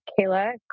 Kayla